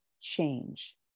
change